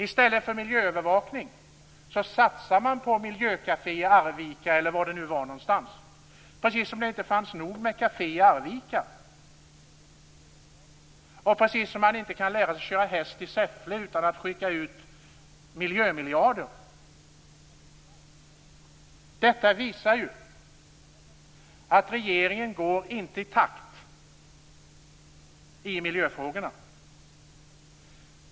I stället för miljöövervakning satsas det på miljökaféer i Arvika, eller var det nu var någonstans - precis som om det inte fanns nog med kaféer i Arvika, och precis som om man inte kan lära sig köra häst i Säffle utan att skicka ut miljömiljarder! Detta visar att regeringen inte går i takt i miljöfrågorna.